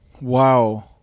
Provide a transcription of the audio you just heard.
Wow